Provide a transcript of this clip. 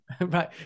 Right